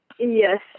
Yes